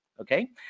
okay